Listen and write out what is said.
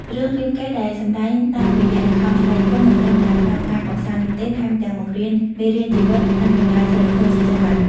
រឿងរាមកេរ្តិ៍ដែលសម្ដែងតាមរយៈល្ខោនស្បែកធំ មិនត្រឹមតែផ្ដល់ការកម្សាន្តនោះទេ ថែមទាំងបង្រៀនមេរៀនជីវិត និងតម្លៃសីលធម៌ជាច្រើន ។